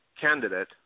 candidate